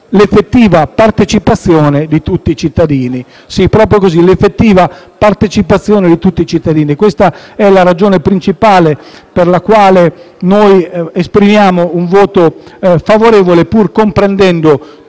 l'effettiva partecipazione di tutti i cittadini». Proprio così: si parla di «effettiva partecipazione di tutti i cittadini». Questa è la ragione principale per la quale noi esprimiamo un voto favorevole, pur comprendendo